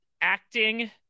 acting